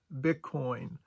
Bitcoin